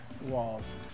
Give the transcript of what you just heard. walls